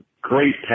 great